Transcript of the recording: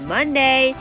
Monday